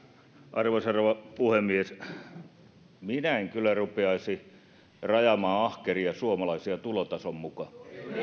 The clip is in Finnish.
arvoisa rouva puhemies minä en kyllä rupeaisi rajaamaan ahkeria suomalaisia tulotason mukaan